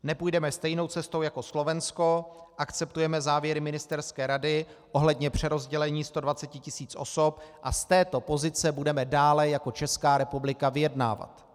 Nepůjdeme stejnou cestou jako Slovensko, akceptujeme závěry ministerské rady ohledně přerozdělení 120 tisíc osob a z této pozice budeme dále jako Česká republika vyjednávat.